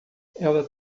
ela